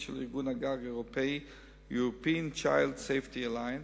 של ארגון הגג האירופי European Child Safety Alliance,